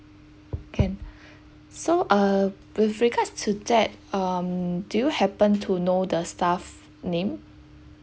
can so uh with regards to that um do you happen to know the staff name